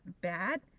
bad